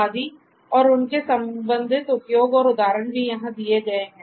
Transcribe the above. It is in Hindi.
आदि और उनके संबंधित उपयोग और उदाहरण भी यहां दिए गए हैं